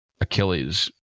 Achilles